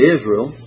Israel